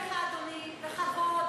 אנחנו מתייחסים אליך, אדוני, בכבוד.